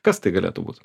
kas tai galėtų būt